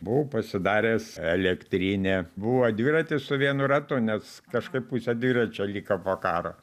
buvau pasidaręs elektrinę buvo dviratis su vienu ratu nes kažkaip pusė dviračio liko po karo